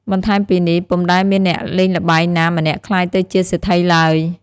បន្ថែមពីនេះ ពុំដែលមានអ្នកលេងល្បែងណាម្នាក់ក្លាយទៅជាសេដ្ឋីឡើយ ។